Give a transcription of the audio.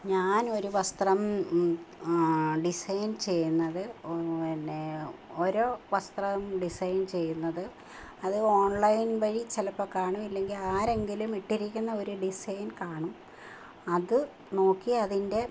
ഞാനൊരു വസ്ത്രം ഡിസൈൻ ചെയ്യുന്നത് പിന്നെ ഓരോ വസ്ത്രവും ഡിസൈൻ ചെയ്യുന്നത് അത് ഓൺലൈൻ വഴി ചിലപ്പോൾ കാണും ഇല്ലെങ്കിൽ ആരെങ്കിലും ഇട്ടിരിക്കുന്ന ഒരു ഡിസൈൻ കാണും അതു നോക്കി അതിൻ്റെ